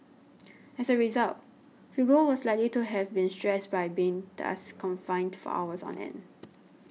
as a result Hugo was likely to have been stressed by being thus confined for hours on end